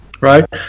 right